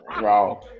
wow